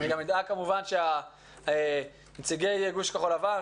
גם ידאג כמובן שנציגי גוש כחול לבן,